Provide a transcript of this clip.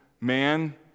man